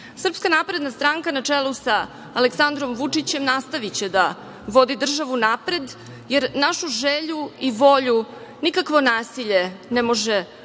bude. Srpska napredna stranka na čelu sa Aleksandrom Vučićem nastaviće da vodi državu napred, jer našu želju i volju nikakvo nasilje ne može ugroziti,